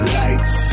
lights